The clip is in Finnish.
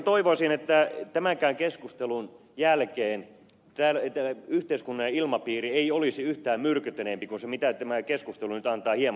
toivoisin että tämänkään keskustelun jälkeen yhteiskunnallinen ilmapiiri ei olisi yhtään myrkyttyneempi kuin se mitä tämä keskustelu nyt antaa hieman olettaa